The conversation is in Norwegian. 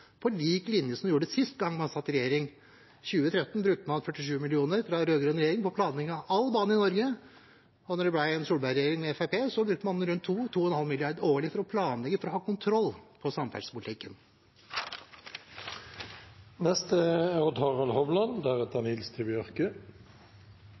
på lik linje med det den gjorde sist gang man satt i regjering. I 2013 brukte man 47 mill. kr fra rød-grønn regjering på planlegging av all bane i Norge, og da det ble en Solberg-regjering med Fremskrittspartiet, brukte man rundt 2–2,5 mrd. kr årlig for å planlegge, for å ha kontroll på